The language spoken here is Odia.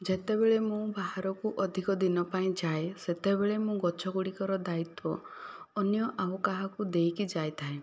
ଯେତେବେଳେ ମୁଁ ବାହାରକୁ ଅଧିକ ଦିନ ପାଇଁ ଯାଏ ସେତେବେଳେ ମୋ ଗଛ ଗୁଡ଼ିକର ଦାୟିତ୍ୱ ଅନ୍ୟ ଆଉ କାହାକୁ ଦେଇକି ଯାଇଥାଏ